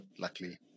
luckily